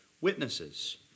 witnesses